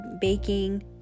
baking